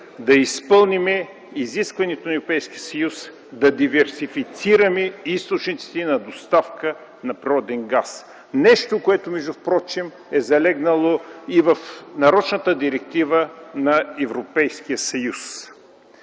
да изпълним изискването на Европейския съюз да диверсифицираме източниците на доставка на природен газ – нещо, което е залегнало и в нарочната директива на Европейския съюз.